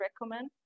recommend